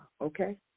okay